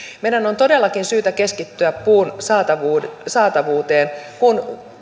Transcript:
meidän on todellakin syytä keskittyä puun saatavuuteen saatavuuteen kun